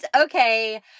Okay